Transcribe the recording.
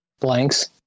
blanks